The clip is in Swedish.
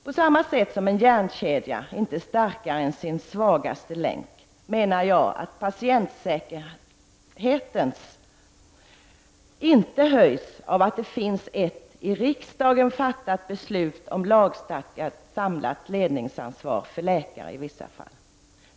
På samma sätt som en järnkedja inte är starkare än sin svagaste länk ökar inte patientsäkerheten enligt min mening av att det finns ett i riksdagen fattat beslut om lagstadgat samlat ledningsansvar för läkare i vissa fall.